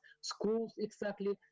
schools—exactly